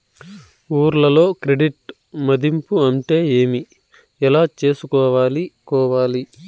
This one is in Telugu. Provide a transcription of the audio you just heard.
ఊర్లలో క్రెడిట్ మధింపు అంటే ఏమి? ఎలా చేసుకోవాలి కోవాలి?